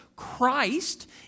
Christ